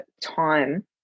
time